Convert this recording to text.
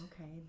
Okay